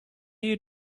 you